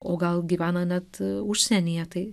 o gal gyvena net užsienyje tai